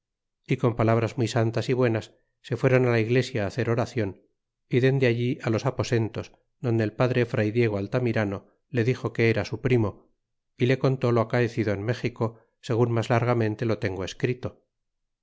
y con palabras muy santas y buenas se fueron la iglesia hacer oracion y dende allí los aposentos adonde el padre fray diego altamirano le dixo que era su primo y le contó lo acaecido en méxico segun mas largamente lo tengo escrito